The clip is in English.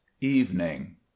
evening